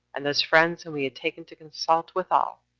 and those friends whom he had taken to consult withal,